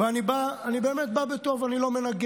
אני באמת בא בטוב, אני לא מנגח.